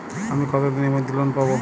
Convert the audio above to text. আমি কতদিনের মধ্যে লোন পাব?